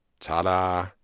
ta-da